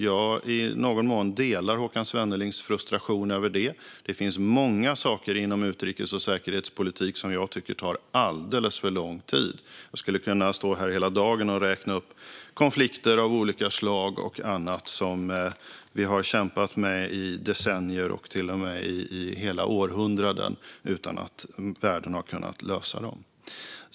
Jag delar i någon mån Håkan Svennelings frustration över detta. Det finns många saker inom utrikes och säkerhetspolitiken som jag tycker tar alldeles för lång tid. Jag skulle kunna stå här hela dagen och räkna upp konflikter av olika slag och annat som vi har kämpat med i decennier och i hela århundraden utan att världen har löst dem.